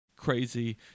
Crazy